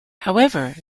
however